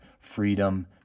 freedom